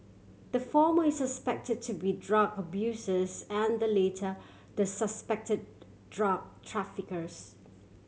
the former is suspected to be drug abusers and the latter the suspected drug traffickers